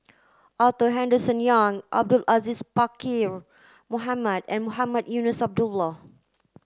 Arthur Henderson Young Abdul Aziz Pakkeer Mohamed and Mohamed Eunos Abdullah